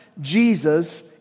Jesus